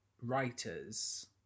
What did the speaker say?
writers